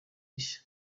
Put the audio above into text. rushya